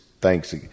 thanks